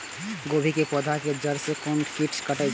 गोभी के पोधा के जड़ से कोन कीट कटे छे?